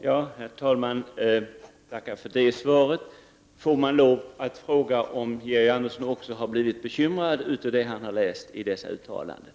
Herr talman! Jag tackar även för det svaret. Får jag lov att fråga om Georg Andersson dessutom har blivit bekymrad av det han har läst i dessa uttalanden?